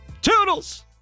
Toodles